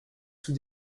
sous